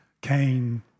Cain